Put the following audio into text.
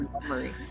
memory